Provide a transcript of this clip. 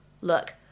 Look